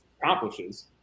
accomplishes